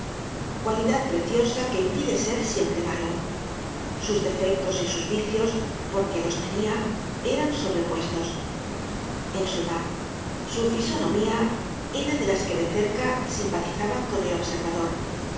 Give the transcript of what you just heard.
cualidad preciosa que impide ser siempre malo sus defectos y sus vicios porque los tenia eran sobrepuestos en suma su fisonomía era de las que de cerca simpatizaban con el observador